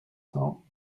cents